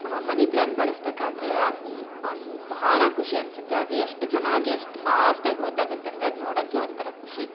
money plant ಬಳಸಬೇಕಾದ್ರೆ ಅದು ಒಂದು ಭಾಳ ಖುಷಿ ಅನ್ಸುತ್ತೆ ಅದು ಎಷ್ಟು ಚೆನ್ನಾಗಿ ಎಷ್ಟು ಫಾಸ್ಟಾಗಿ ಗ್ರೋಥ್ ಆಗುತ್ತೆ ಅಂದರೆ ಅದು ನೋಡೋಕ್ಕೆ ಒಂದು ಥರ ಖುಷಿ